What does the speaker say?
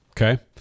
Okay